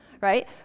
right